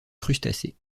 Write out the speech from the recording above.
crustacés